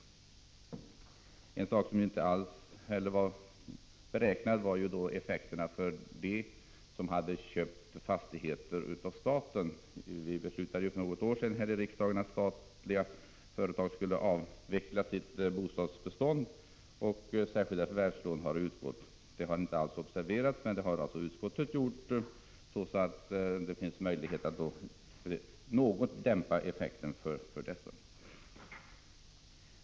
Ytterligare en sak som regeringen inte alls hade beräknat var effekterna för dem som har köpt fastigheter av staten. Vi beslutade för något år sedan här i riksdagen att statliga företag skulle avveckla sitt bostadsbestånd, och särskilda förvärvslån har utgått. Detta hade regeringen inte alls observerat i propositionen, men det har utskottet gjort. Det finns därför möjlighet att nu något dämpa verkningarna för dessa fastighetsägare.